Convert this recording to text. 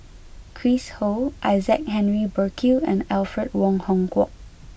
Chris Ho Isaac Henry Burkill and Alfred Wong Hong Kwok